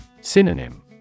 Synonym